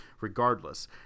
Regardless